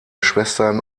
schwestern